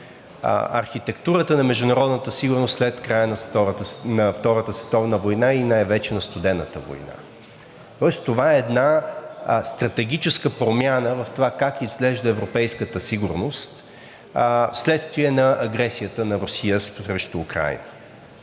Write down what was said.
архитектурата на международната сигурност след края на Втората световна война, и най-вече на Студената война. Това е една стратегическа промяна в това как изглежда европейската сигурност вследствие на агресията на Русия срещу Украйна.